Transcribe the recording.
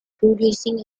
producing